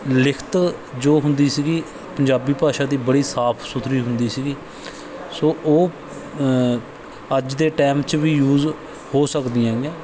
ਲਿਖਤ ਜੋ ਹੁੰਦੀ ਸੀਗੀ ਪੰਜਾਬੀ ਭਾਸ਼ਾ ਦੀ ਬੜੀ ਸਾਫ਼ ਸੁਥਰੀ ਹੁੰਦੀ ਸੀਗੀ ਸੋ ਉਹ ਅੱਜ ਦੇ ਟੈਮ 'ਚ ਵੀ ਯੂਜ਼ ਹੋ ਸਕਦੀਆਂ ਹੈਗੀਆਂ